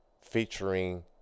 featuring